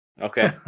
Okay